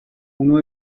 uno